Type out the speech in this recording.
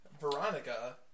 Veronica